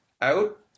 out